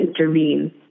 intervene